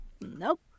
Nope